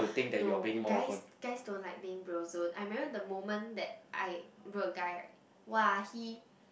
no guys guys don't like being bro-zoned I remember the moment that I bro a guy right !wah! he